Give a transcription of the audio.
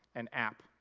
an app,